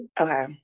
Okay